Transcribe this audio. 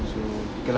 so so